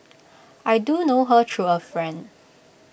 I do know her through A friend